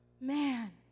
Man